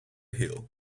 hill